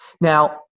Now